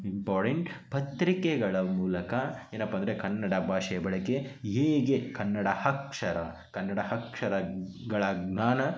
important ಪತ್ರಿಕೆಗಳ ಮೂಲಕ ಏನಪ್ಪಾ ಅಂದರೆ ಕನ್ನಡ ಭಾಷೆ ಬಳಕೆ ಹೇಗೆ ಕನ್ನಡ ಅಕ್ಷರ ಕನ್ನಡ ಅಕ್ಷರಗಳ ಜ್ಞಾನ